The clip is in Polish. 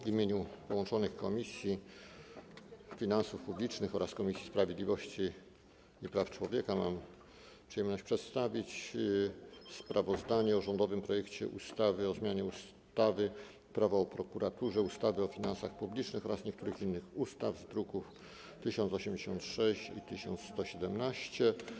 W imieniu połączonych Komisji Finansów Publicznych oraz Komisji Sprawiedliwości i Praw Człowieka mam przyjemność przedstawić sprawozdanie o rządowym projekcie ustawy o zmianie ustawy - Prawo o prokuraturze, ustawy o finansach publicznych oraz niektórych innych ustaw, druki nr 1086 i 1117.